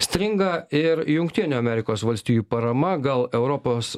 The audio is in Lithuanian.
stringa ir jungtinių amerikos valstijų parama gal europos